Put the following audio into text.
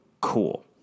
cool